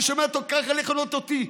אני שומע אותו ככה מכנה אותי,